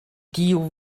tiu